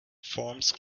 forms